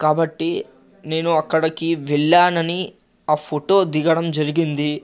కాబట్టి నేను అక్కడికి వెళ్ళానని ఆ ఫొటో దిగడం జరిగింది